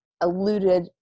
alluded